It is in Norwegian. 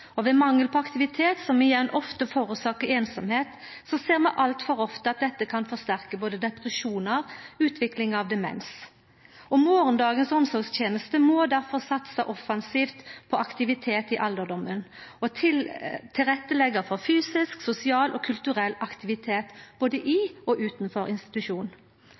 helse. Ved mangel på aktivitet, som igjen ofte er årsak til einsemd, ser vi altfor ofte at dette kan forsterka både depresjonar og utvikling av demens. Morgondagens omsorgstenester må difor satsa offensivt på aktivitet i alderdommen og tilretteleggja for fysisk, sosial og kulturell aktivitet både i og utanfor institusjon.